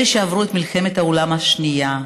אלה שעברו את מלחמת העולם השנייה,